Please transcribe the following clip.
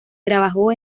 trabajó